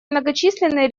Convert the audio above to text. многочисленные